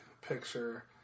picture